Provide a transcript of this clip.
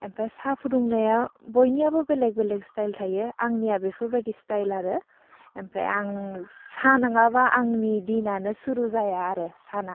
आमफाय साहा फुदुंनाया बयनियाबो बेलेग बेलेग स्टाइल थायो आंनिया बेफोरबादि स्टाइल आरो ओमफाय आं साहा नङाबा आंनि दिनानो सुरु जाया आरो साना